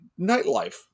nightlife